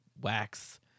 wax